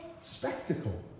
spectacle